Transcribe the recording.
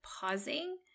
pausing